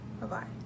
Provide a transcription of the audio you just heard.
Bye-bye